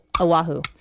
Oahu